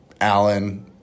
Allen